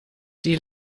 die